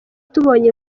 tubonye